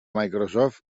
microsoft